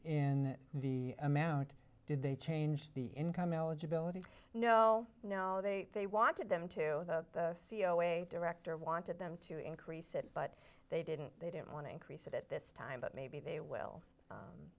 in the amount did they change the income eligibility no no they they wanted them to see a way director wanted them to increase it but they didn't they didn't want to increase it at this time but maybe they will